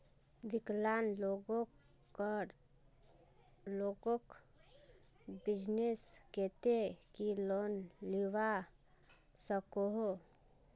विकलांग लोगोक बिजनेसर केते की लोन मिलवा सकोहो?